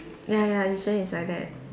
ya ya usually it's like that